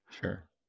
Sure